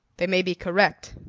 they may be correct,